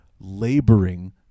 laboring